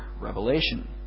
Revelation